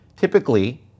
Typically